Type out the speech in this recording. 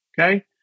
Okay